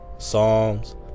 Psalms